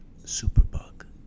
superbug